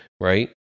right